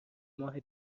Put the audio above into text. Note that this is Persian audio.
ماه